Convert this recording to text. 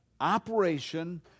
operation